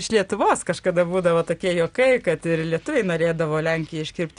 iš lietuvos kažkada būdavo tokie juokai kad ir lietuviai norėdavo lenkiją iškirpti